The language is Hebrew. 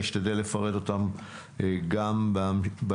אשתדל לפרט אותן גם בהמשך.